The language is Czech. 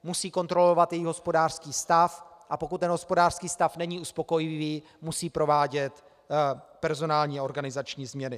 Musí kontrolovat jejich hospodářský stav, a pokud ten hospodářský stav není uspokojivý, musí provádět personální a organizační změny.